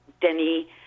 Denny